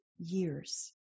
years